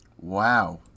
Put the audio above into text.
Wow